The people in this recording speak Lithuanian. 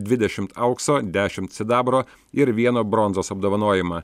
dvidešimt aukso dešimt sidabro ir vieną bronzos apdovanojimą